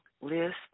list